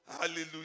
Hallelujah